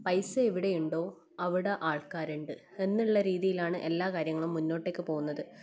പൈസ എവിടെ ഉണ്ടോ അവിടെ ആൾക്കാരുണ്ട് എന്നുള്ള രീതിയിലാണ് എല്ലാകാര്യങ്ങളും മുന്നോട്ടേക്ക് പോകുന്നത്